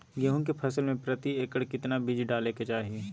गेहूं के फसल में प्रति एकड़ कितना बीज डाले के चाहि?